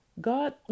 God